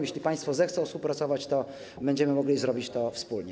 Jeśli państwo zechcą współpracować, to będziemy mogli zrobić to wspólnie.